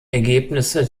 ergebnisse